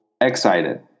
excited